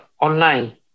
online